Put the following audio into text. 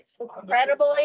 incredibly